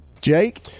Jake